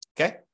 Okay